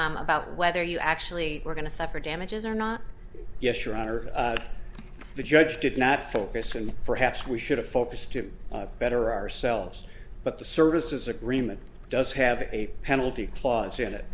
about whether you actually were going to suffer damages or not yes your honor the judge did not focus and perhaps we should have focused to better ourselves but the services agreement does have a penalty clause in it